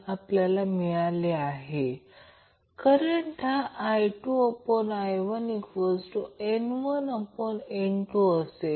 तर आपल्याला माहित आहे की Qω0 ω2 ω1 असते तेच आपण Q f0f2 f1 f0bandwidth असे सुद्धा लिहू शकतो